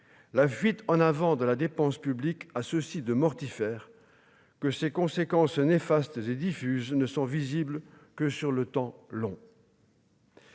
la fuite en avant de la dépense publique a ceci de mortifère que ses conséquences néfastes et diffuse ne sont visibles que sur le temps long.